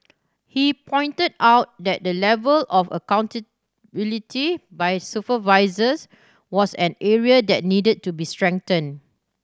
he pointed out that the level of accountability by supervisors was an area that needed to be strengthen